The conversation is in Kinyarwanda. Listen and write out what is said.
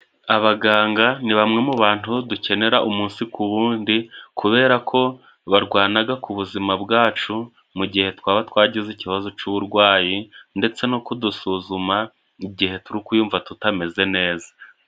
Abaganga ni bamwe mu bantu dukenera umunsi ku wundi kubera ko barwanaga ku buzima bwacu mu gihe twaba twagize ikibazo c'uburwayi ndetse no kudusuzuma igihe turi kuyumva tutameze neza.